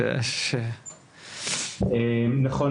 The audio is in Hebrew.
נכון,